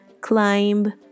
climb